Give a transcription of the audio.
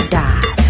die